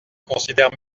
considèrent